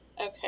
okay